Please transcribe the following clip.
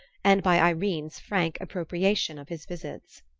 and by irene's frank appropriation of his visits.